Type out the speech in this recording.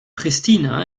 pristina